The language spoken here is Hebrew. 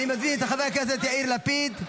אני מזמין את חבר הכנסת יאיר לפיד.